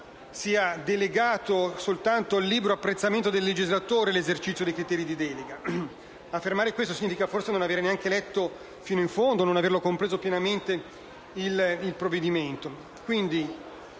sia delegato soltanto al libero apprezzamento del legislatore l'esercizio dei criteri di delega. Affermare questo significa non avere forse neanche letto fino in fondo e non avere compreso pienamente il provvedimento.